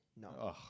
No